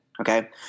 okay